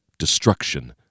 destruction